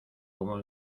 como